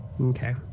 Okay